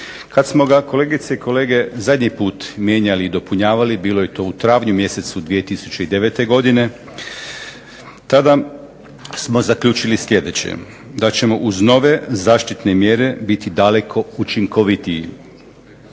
Kad smo ga kolegice i kolege zadnji put mijenjali i dopunjavali bilo je to u travnju mjesecu 2009. godine, tada smo zaključili sljedeće: da ćemo uz nove zaštitne mjere biti daleko učinkovitiji.